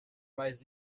mais